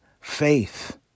faith